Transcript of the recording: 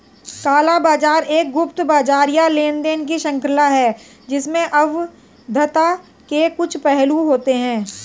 काला बाजार एक गुप्त बाजार या लेनदेन की श्रृंखला है जिसमें अवैधता के कुछ पहलू होते हैं